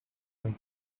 and